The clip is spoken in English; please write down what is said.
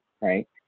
right